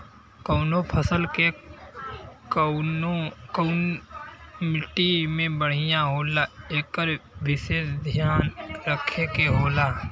कउनो फसल के कउने मट्टी में बढ़िया होला एकर विसेस धियान रखे के होला